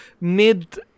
mid